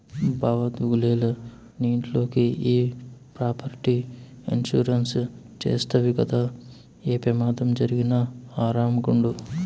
బావా దిగులేల, నీ ఇంట్లోకి ఈ ప్రాపర్టీ ఇన్సూరెన్స్ చేస్తవి గదా, ఏ పెమాదం జరిగినా ఆరామ్ గుండు